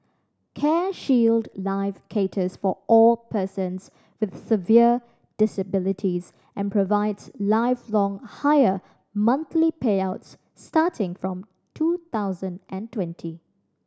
CareShield Life caters for all persons with severe disabilities and provides lifelong higher monthly payouts starting from two thousand and twenty